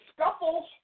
scuffles